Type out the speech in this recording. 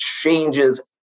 changes